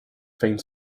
find